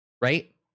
right